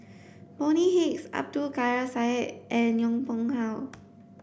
Bonny Hicks Abdul Kadir Syed and Yong Pung How